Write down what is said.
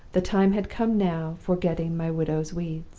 the time had come now for getting my widow's weeds.